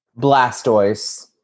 blastoise